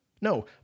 No